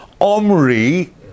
Omri